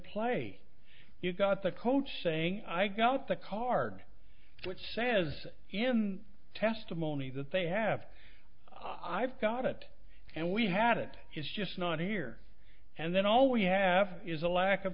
play you've got the coach saying i got the card which says in testimony that they have i've got it and we had it is just not here and then all we have is a lack of